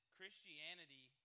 Christianity